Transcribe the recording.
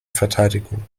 verteidigung